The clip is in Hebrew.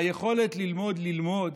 היכולת ללמוד